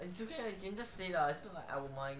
it's okay lah you can just say lah it's not like I will mind